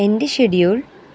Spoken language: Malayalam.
എന്റെ ഷെഡ്യൂൾ